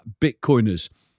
Bitcoiners